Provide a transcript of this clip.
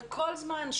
וכל זמן,